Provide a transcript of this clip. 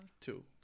Two